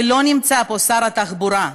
ולא נמצא פה שר התחבורה,